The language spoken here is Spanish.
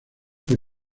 por